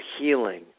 healing